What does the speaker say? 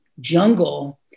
jungle